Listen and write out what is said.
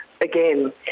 again